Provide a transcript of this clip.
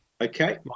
Okay